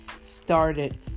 started